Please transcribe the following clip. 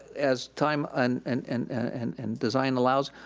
as time and and and and and design allows,